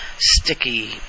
Sticky